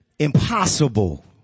Impossible